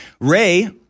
Ray